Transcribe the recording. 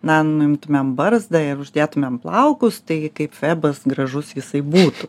na nuimtumėm barzdą ir uždėtumėm plaukus tai kaip febas gražus jisai būtų